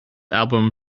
album